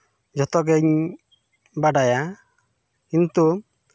ᱡᱷᱚᱛᱚ ᱜᱤᱧ ᱵᱟᱰᱟᱭᱟ ᱠᱤᱱᱛᱩ